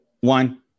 one